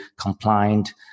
compliant